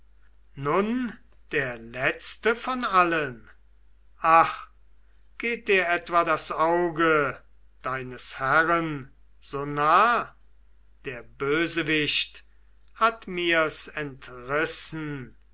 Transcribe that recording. nun der letzte von allen ach geht dir etwa das auge deines herren so nah der bösewicht hat mir's entrissen